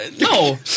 No